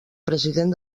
president